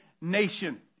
nation